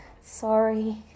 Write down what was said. Sorry